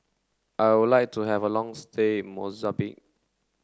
I would like to have a long stay in Mozambique